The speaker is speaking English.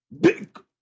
big